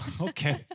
Okay